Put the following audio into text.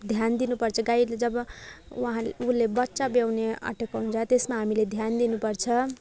ध्यान दिनुपर्छ गाई जब उहाँले उसले बच्चा ब्याउन आँटेको हुन्छ त्यसमा हामीले ध्यान दिनुपर्छ